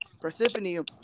Persephone